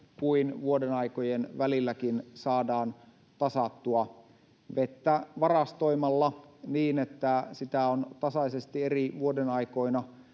kuin vuodenaikojen välilläkin saadaan tasattua. Vettä varastoimalla, niin että sitä on tasaisesti eri vuodenaikoina